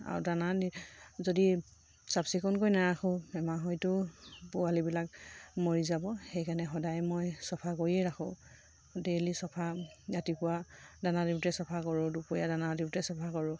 আৰু দানা দি যদি চাফ চিকুণকৈ নাৰাখোঁ বেমাৰ হয়তো পোৱালিবিলাক মৰি যাব সেইকাৰণে সদায় মই চফা কৰিয়ে ৰাখোঁ ডেইলি চফা ৰাতিপুৱা দানা দিওঁতে চফা কৰোঁ দুপৰীয়া দানা দিওঁতে চফা কৰোঁ